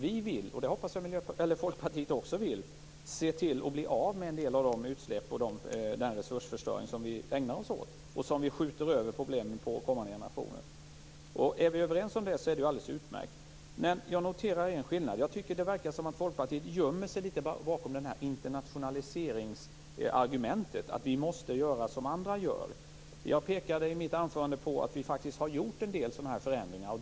Vi vill, och det hoppas jag att även Folkpartiet vill, bli av med en del av de utsläpp och den resursförstöring som vi ägnar oss åt och vilka problem vi skjuter över på kommande generationer. Om vi är överens om det är det alldeles utmärkt. Jag noterar emellertid en skillnad. Jag tycker att det verkar som om Folkpartiet gömmer sig litet grand bakom internationaliseringsargumentet, dvs. att vi måste göra som andra gör. Jag pekade i mitt anförande på att vi faktiskt har gjort en del sådana förändringar.